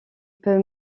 peut